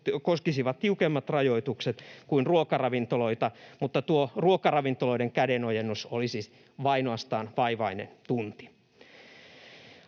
koskisivat tiukemmat rajoitukset kuin ruokaravintoloita, mutta tuo ruokaravintoloiden kädenojennus olisi ainoastaan vaivainen tunti.